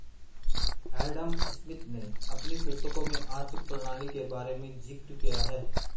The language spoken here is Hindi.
एडम स्मिथ ने अपनी पुस्तकों में आर्थिक प्रणाली के बारे में जिक्र किया है